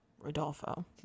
Rodolfo